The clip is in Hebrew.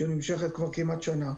שנמשכת כבר כמעט שנה.